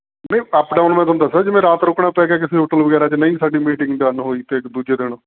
ਨਹੀਂ up down ਮੈਂ ਤੁਹਾਨੂੰ ਦੱਸੋ ਜਿਵੇਂ ਰਾਤ ਰੁਕਣਾ ਪੈ ਗਿਆ ਕਿਸੀ ਹੋਟਲ ਵਗੈਰਾ 'ਚ ਨਹੀਂ ਸਾਡੀ ਮੀਟਿੰਗ ਡਨ ਹੋਈ ਅਤੇ ਕ ਦੂਜੇ ਦਿਨ